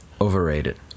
Overrated